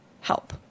help